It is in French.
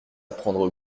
prendre